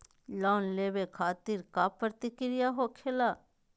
Loan लेवे खातिर का का प्रक्रिया होखेला?